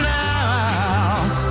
now